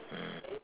mm